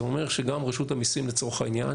זה אומר שגם רשות המיסים לצורך העניין